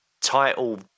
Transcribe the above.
title